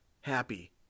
happy